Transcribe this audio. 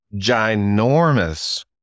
ginormous